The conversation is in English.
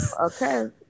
Okay